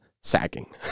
sagging